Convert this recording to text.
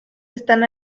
están